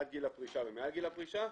עד גיל הפרישה ומעל גיל הפרישה,